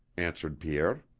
answered pierre.